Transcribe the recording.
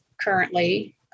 currently